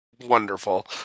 Wonderful